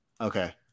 Okay